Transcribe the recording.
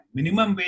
Minimum